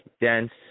dense